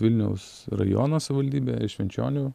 vilniaus rajono savivaldybė ir švenčionių